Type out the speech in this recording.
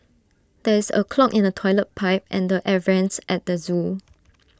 there is A clog in the Toilet Pipe and the air Vents at the Zoo